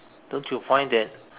don't you find that